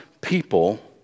people